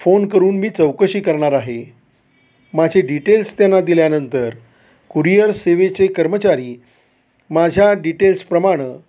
phone करून मी चौकशी करणार आहे माझे डिटेल्स त्यांना दिल्यानंतर कुरियर सेवेचे कर्मचारी माझ्या डिटेल्स प्रमाणं